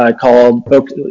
called